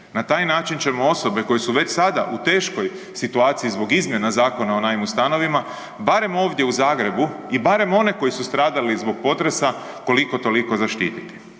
Na taj način ćemo osobe koje su već sada u teškoj situaciji zbog izmjena Zakona o najmu stanovima, barem ovdje u Zagrebu i barem one koji su stradali zbog potresa, koliko-toliko zaštititi.